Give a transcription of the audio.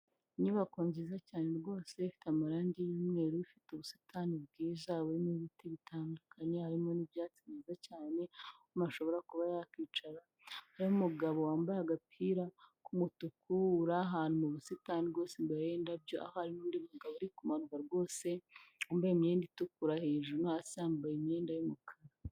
Inyubako nziza cyane rwose ifite amarangi y,umweru, ifite ubusitani bwiza buririmo ibiti bitandukanye, harimo ni'ibyatsi byiza cyane ashobora kuba yakwicara hariyo umugabo wambaye agapira k'umutuku uri ahantu, ubusitani bw'imbere y'indabyo ahamanuka rwose yambaye imyenda itukura hejuruyambaye imyenda y'umukara.